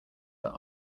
that